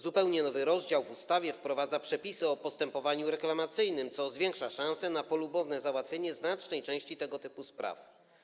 Zupełnie nowy rozdział w ustawie wprowadza przepisy o postępowaniu reklamacyjnym, co zwiększa szanse na polubowne załatwienie znacznej części tego typu spraw.